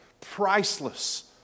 priceless